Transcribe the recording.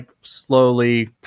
slowly